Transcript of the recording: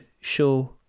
show